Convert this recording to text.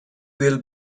will